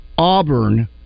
Auburn